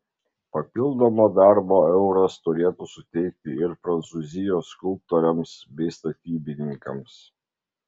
papildomo darbo euras turėtų suteikti ir prancūzijos skulptoriams bei statybininkams